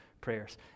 prayers